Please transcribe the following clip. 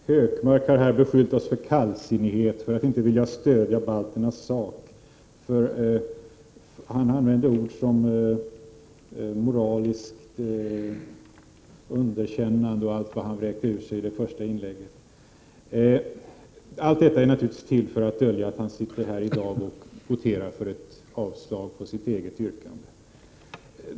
Fru talman! Gunnar Hökmark har beskyllt oss för kallsinnighet och för att inte vilja stödja balternas sak. Han har använt ord som ”moraliskt underkännande” och annat som han vräkte ur sig i sitt första inlägg. Allt detta är naturligtvis till för att dölja att han sitter här i dag och voterar för ett avslag på sitt eget yrkande.